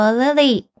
Lily